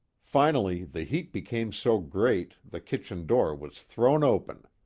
finally the heat became so great, the kitchen door was thrown open.